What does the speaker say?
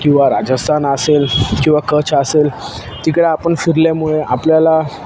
किंवा राजस्थान असेल किंवा कच्छ असेल तिकडे आपण फिरल्यामुळे आपल्याला